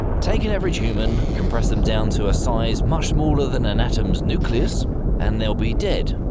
take an average human, compress them down to a size much smaller than an atom's nucleus and they'll be dead.